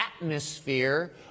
atmosphere